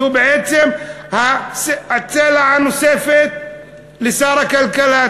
שהוא בעצם הצלע הנוספת לשר הכלכלה,